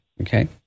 okay